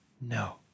No